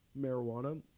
marijuana